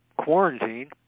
quarantine